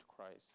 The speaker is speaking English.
Christ